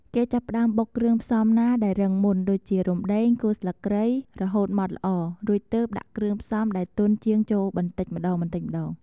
គេចាប់ផ្ដើមបុកគ្រឿងផ្សំណាដែលរឹងមុន ដូចជា រំដេង គល់ស្លឹកគ្រៃ រហូតម៉ដ្ឋល្អ រួចទើបដាក់គ្រឿងផ្សំដែលទន់ជាងចូលបន្តិចម្ដងៗ។